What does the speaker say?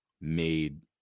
made